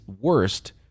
worst